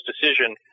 decision